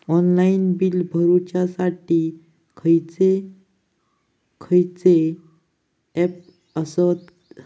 Online bill भरुच्यासाठी खयचे खयचे ऍप आसत?